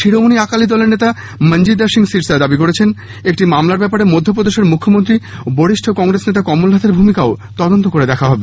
শিরোমনি আকালি দলের নেতা মনজিন্দার সিং সিরসা দাবি করেছেন একটি মামলার ব্যাপারে মধ্যপ্রদেশের মুখ্যমন্ত্রী ও বরিষ্ঠ কংগ্রেস নেতা কমল নাথ নামের ভুমিকা ও তদন্ত করে দেখা হবে